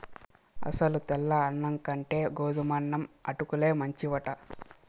అసలు తెల్ల అన్నం కంటే గోధుమన్నం అటుకుల్లే మంచివట